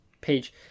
page